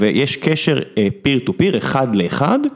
ויש קשר peer to peer, אחד לאחד.